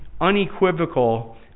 unequivocal